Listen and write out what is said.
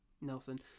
Nelson